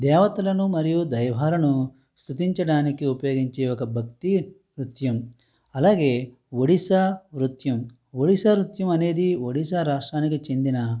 దేవతలను మరియు దైవాలను స్తుతించడానికి ఉపయోగించే ఒక భక్తి నృత్యం అలాగే ఒడీశా నృత్యం ఒడీశా నృత్యం అనేది ఒడీశా రాష్ట్రానికి చెందిన